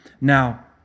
Now